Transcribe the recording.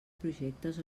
projectes